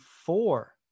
four